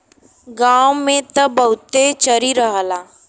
गांव में त बहुते चरी रहला